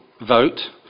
vote